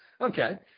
Okay